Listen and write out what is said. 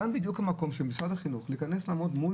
כאן בדיוק המקום של משרד החינוך להיכנס ולעמוד מול